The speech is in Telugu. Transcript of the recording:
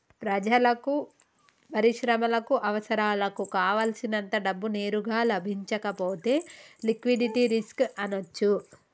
ప్రజలకు, పరిశ్రమలకు అవసరాలకు కావల్సినంత డబ్బు నేరుగా లభించకపోతే లిక్విడిటీ రిస్క్ అనొచ్చు